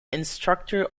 instructor